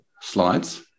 slides